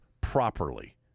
properly